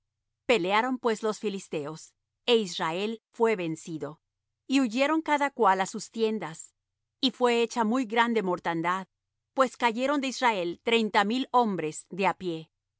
pelearon pues los filisteos é israel fué vencido y huyeron cada cual á sus tiendas y fué hecha muy grande mortandad pues cayeron de israel treinta mil hombres de á pie